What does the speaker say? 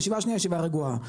הישיבה השנייה ישיבה רגועה.